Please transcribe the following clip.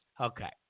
Okay